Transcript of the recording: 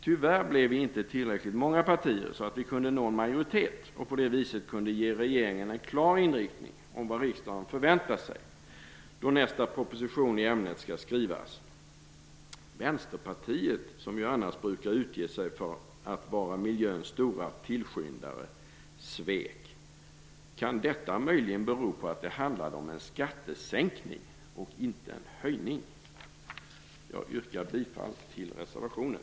Tyvärr blev vi inte tillräckligt många partier så att vi kunde nå en majoritet och på det viset ge regeringen en klar vink om vilken inriktning riksdagen förväntar sig då nästa proposition i ämnet skall skrivas. Vänsterpartiet som annars brukar utge sig för att vara miljöns stora tillskyndare svek. Kan detta möjligen bero på att det handlade om en skattesänkning och inte en höjning? Jag yrkar bifall till reservationen.